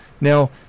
Now